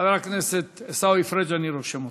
חבר הכנסת עיסאווי פריג', אני רושם אותך.